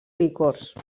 licors